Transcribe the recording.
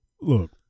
look